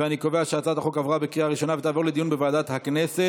ואני קובע שהצעת החוק עברה בקריאה ראשונה ותעבור לדיון בוועדת הכנסת.